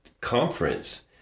conference